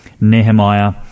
Nehemiah